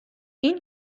این